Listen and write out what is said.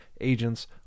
agents